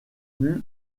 plus